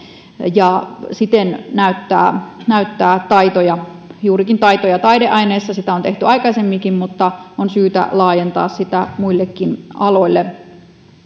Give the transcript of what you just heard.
ja siten näyttää näyttää taitoja juurikin taito ja taideaineissa sitä on tehty aikaisemminkin mutta on syytä laajentaa sitä muillekin aloille